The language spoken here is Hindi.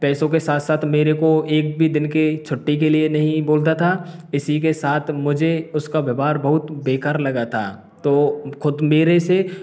पैसों के साथ साथ मेरे को एक भी दिन के छुट्टी के लिए नहीं बोलता था इसी के साथ मुझे उसका व्यवहार बहुत बेकार लगा था तो खुद मेरे से